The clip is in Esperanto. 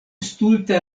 stulta